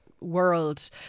world